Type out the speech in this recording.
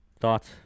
Thoughts